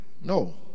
No